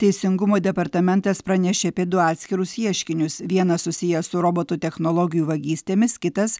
teisingumo departamentas pranešė apie du atskirus ieškinius vienas susijęs su robotų technologijų vagystėmis kitas